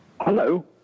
hello